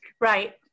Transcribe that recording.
Right